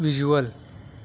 visual